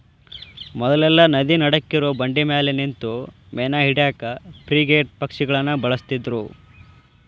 ಮೊದ್ಲೆಲ್ಲಾ ನದಿ ನಡಕ್ಕಿರೋ ಬಂಡಿಮ್ಯಾಲೆ ನಿಂತು ಮೇನಾ ಹಿಡ್ಯಾಕ ಫ್ರಿಗೇಟ್ ಪಕ್ಷಿಗಳನ್ನ ಬಳಸ್ತಿದ್ರು